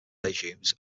legumes